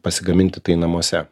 pasigaminti tai namuose